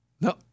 No